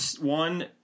one